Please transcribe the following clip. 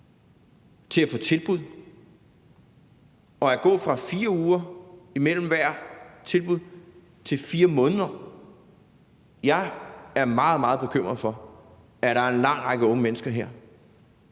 til at gå fra 4 uger til 4 måneder imellem hvert tilbud er jeg meget, meget bekymret for, at der er en lang række unge mennesker her,